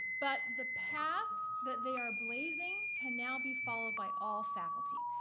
but the paths that they are blazing can now be followed by all faculty.